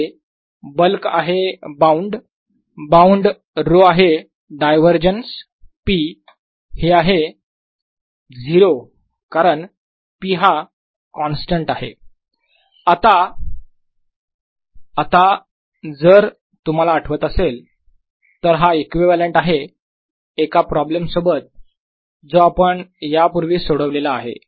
इथे बल्क आहे bound bound रो आहे डायव्हरजन्स p हे आहे 0 कारण p हा कॉन्स्टंट आहे आता जर तुम्हाला आठवत असेल तर हा इक्विवलेंट आहे एका प्रॉब्लेम सोबत जो आपण यापूर्वी सोडवलेला आहे